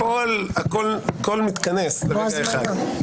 הכול מתכנס לרגע אחד.